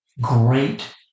great